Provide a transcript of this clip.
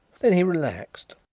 then he relaxed.